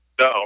No